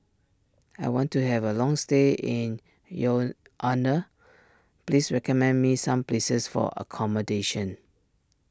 I want to have a long stay in Yaounde please recommend me some places for accommodation